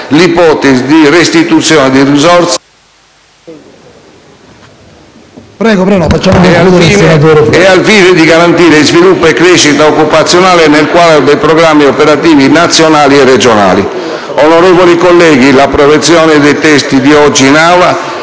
ipotesi di restituzione di risorse e al fine di garantire sviluppo e crescita occupazionale nel quadro dei programmi operativi, nazionali e regionali. Onorevoli colleghi, l'approvazione dei testi oggi in Aula